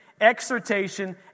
exhortation